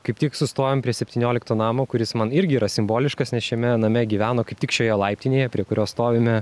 kaip tik sustojom prie septyniolikto namo kuris man irgi yra simboliškas nes šiame name gyveno kaip tik šioje laiptinėje prie kurio stovime